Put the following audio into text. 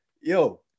yo